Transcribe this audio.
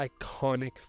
iconic